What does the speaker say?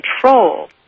control